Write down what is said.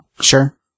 Sure